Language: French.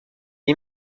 est